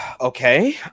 Okay